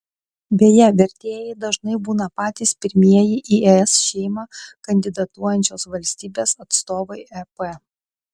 beje vertėjai dažnai būna patys pirmieji į es šeimą kandidatuojančios valstybės atstovai ep